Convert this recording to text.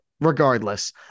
regardless